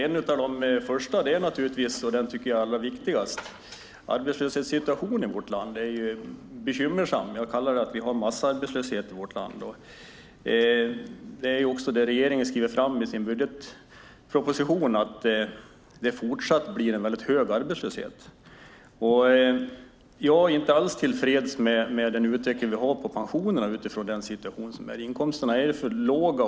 Den första tycker jag är allra viktigast. Arbetslöshetssituationen i vårt land är ju bekymmersam. Jag kallar det för massarbetslöshet. I sin budgetproposition säger ju också regeringen att det fortsatt kommer att bli hög arbetslöshet. Jag är inte alls tillfreds med utvecklingen på pensionerna utifrån den situation vi har. Inkomsterna är för låga.